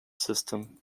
system